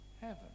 heaven